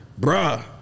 bruh